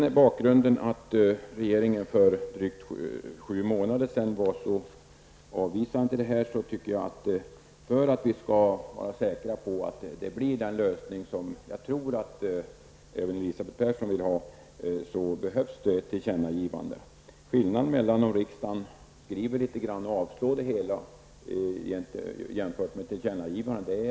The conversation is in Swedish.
Mot bakgrund av att regeringen för drygt sju månader sedan var mycket avvisande i det här sammanhanget tycker jag alltså att det, för att vi skall kunna vara säkra på att vi får den lösning som vi och, tror jag, även Elisabeth Persson vill ha, behövs ett tillkännagivande från riksdagen. Det är ju en viss skillnad mellan en skrivelse från riksdagen och ett avslag å ena sidan samt ett tillkännagivande å andra sidan.